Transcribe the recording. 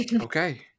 Okay